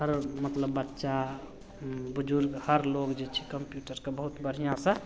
हर मतलब बच्चा बुजुर्ग हर लोग जे छै कम्प्यूटरके बहुत बढ़ियाँसँ